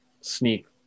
sneak